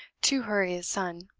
to hurry his son.